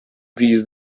these